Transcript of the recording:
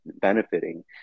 benefiting